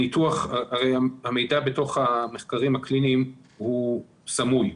הרי המידע בתוך המחקרים הקליניים הוא סמוי,